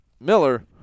Miller